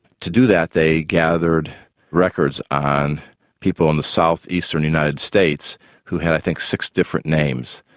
to do that they gathered records on people in the south eastern united states who had i think six different names,